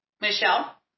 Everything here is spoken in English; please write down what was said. Michelle